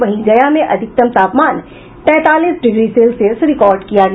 वहीं गया में अधिकतम तापमान तैंतालीस डिग्री सेल्सियस रिकॉर्ड किया गया